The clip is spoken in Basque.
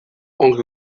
ongi